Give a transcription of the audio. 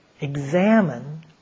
examine